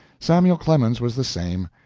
samuel clemens was the same.